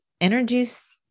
introduce